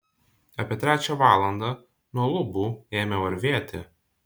apie trečią valandą nuo lubų ėmė varvėti